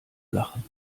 lachen